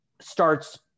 starts